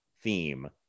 theme